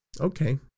Okay